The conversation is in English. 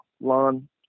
lawn